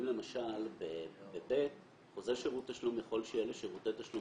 בסעיף 2(ב): חוזה שירות תשלום יכול שיהיה לשירותי תשלום